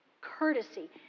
courtesy